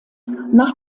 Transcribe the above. nach